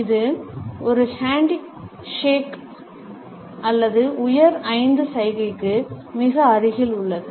இது ஒரு ஹேண்ட்ஷேக் அல்லது உயர் ஐந்து சைகைக்கு மிக அருகில் உள்ளது